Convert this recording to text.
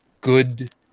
good